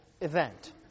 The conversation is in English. event